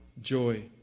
joy